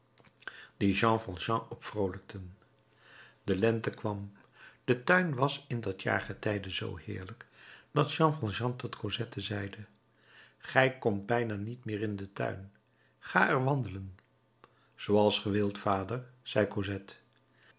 die jean valjean opvroolijkten de lente kwam de tuin was in dat jaargetijde zoo heerlijk dat jean valjean tot cosette zeide gij komt bijna niet meer in den tuin ga er wandelen zooals ge wilt vader zei